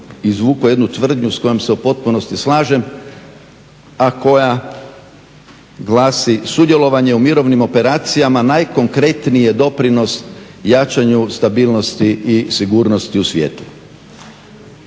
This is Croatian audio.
izvukao jednu tvrdnju s kojom se u potpunosti slažem a koja glasi "sudjelovanje u mirovnim operacijama najkonkretniji je doprinos jačanju stabilnosti i sigurnosti u svijetu".